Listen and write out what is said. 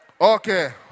Okay